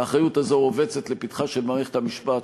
האחריות הזו רובצת לפתחה של מערכת המשפט,